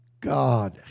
God